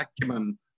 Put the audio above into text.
acumen